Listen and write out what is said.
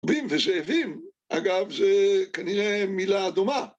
בים וזאבים אגב זה כנראה מילה דומה